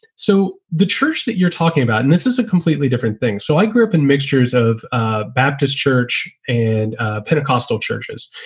so the church that you're talking about, and this is a completely different thing. so i grew up in mixtures of ah baptist church and pentecostal churches.